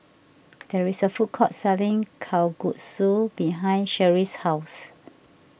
there is a food court selling Kalguksu behind Sherrie's house